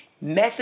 message